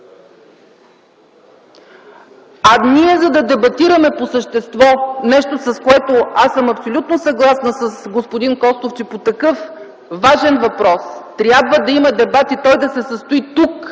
колеги. За да дебатираме по същество нещо, с което аз съм абсолютно съгласна с господин Костов, че по такъв важен въпрос трябва да има дебат и той да се състои тук,